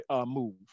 move